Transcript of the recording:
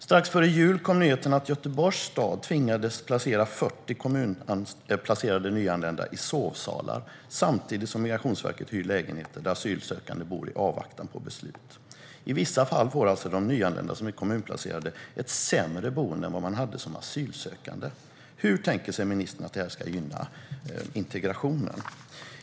Strax före jul kom nyheten att Göteborgs stad tvingades placera 40 kommunplacerade nyanlända i sovsalar, samtidigt som Migrationsverket hyr lägenheter där asylsökande bor i avvaktan på beslut. I vissa fall får alltså de nyanlända som är kommunplacerade ett sämre boende än vad de hade som asylsökande. Hur tänker sig ministern att det ska gynna integrationen?